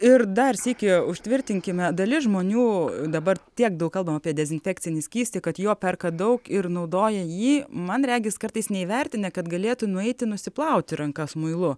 ir dar sykį užtvirtinkime dalis žmonių dabar tiek daug kalbama apie dezinfekcinį skystį kad jo perka daug ir naudoja jį man regis kartais neįvertinę kad galėtų nueiti nusiplauti rankas muilu